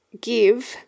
give